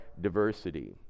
diversity